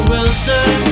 Wilson